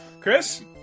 chris